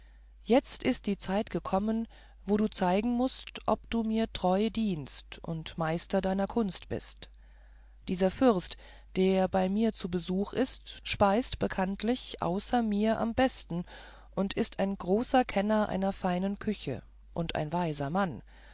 jetzt ist die zeit gekommen wo du zeigen mußt ob du mir treu dienst und meister deiner kunst bist dieser fürst der bei mir zu besuch ist speist bekanntlich außer mir am besten und ist ein großer kenner einer feinen küche und ein weiser mann